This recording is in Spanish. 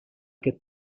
que